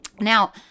Now